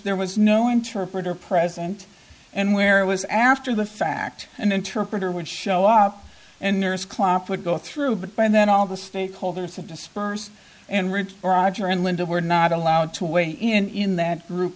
there was no interpreter present and where it was after the fact an interpreter would show up and nurse klopp would go through but by then all the stakeholders to disperse and rich roger and linda were not allowed to wait in that group